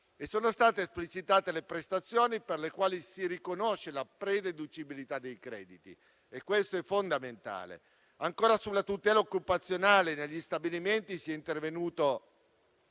Sono state esplicitate le prestazioni per le quali si riconosce la prededucibilità dei crediti. È un punto fondamentale. Inoltre, sempre sulla tutela occupazionale negli stabilimenti, si è intervenuti